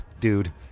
dude